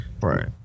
Right